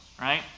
right